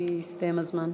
כי הסתיים הזמן.